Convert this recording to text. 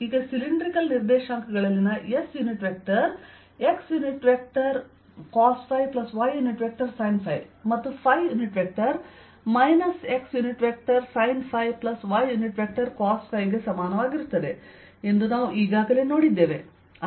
ಈಗ ಸಿಲಿಂಡ್ರಿಕಲ್ ನಿರ್ದೇಶಾಂಕಗಳಲ್ಲಿನ s unit vector xcosϕysinϕಮತ್ತು ಯುನಿಟ್ ವೆಕ್ಟರ್ xsinϕycosϕ ಗೆ ಸಮಾನವಾಗಿರುತ್ತದೆ ಎಂದು ನಾವು ಈಗಾಗಲೇ ನೋಡಿದ್ದೇವೆ